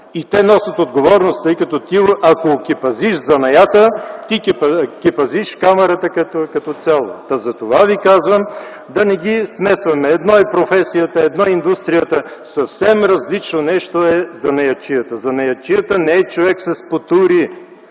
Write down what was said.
И те носят отговорност, тъй като ако ти окепазиш занаята, ти кепазиш камарата като цяло. Затова ви казвам да не ги смесваме – едно е професията, едно е индустрията, съвсем различно нещо е занаятчията. Занаятчията не е човек с потури,